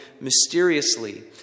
mysteriously